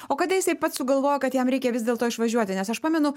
o kada jisai pats sugalvojo kad jam reikia vis dėlto išvažiuoti nes aš pamenu